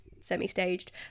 semi-staged